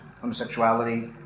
homosexuality